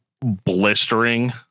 blistering